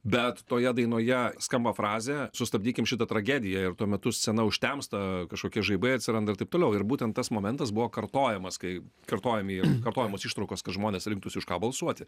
bet toje dainoje skamba frazė sustabdykim šitą tragediją ir tuo metu scena užtemsta kažkokie žaibai atsiranda ir taip toliau ir būtent tas momentas buvo kartojamas kai kartojami kartojamos ištraukos kad žmonės rinktųsi už ką balsuoti